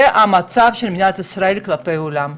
זה המצב של מדינת ישראל כלפי העולם.